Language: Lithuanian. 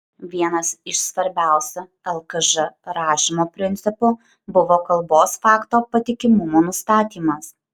vienas iš svarbiausių lkž rašymo principų buvo kalbos fakto patikimumo nustatymas